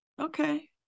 Okay